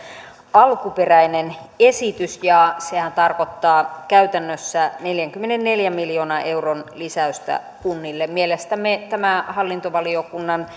alkuperäinen esitys ja sehän tarkoittaa käytännössä neljänkymmenenneljän miljoonan euron lisäystä kunnille mielestämme tämä hallintovaliokunnan